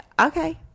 okay